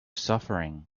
suffering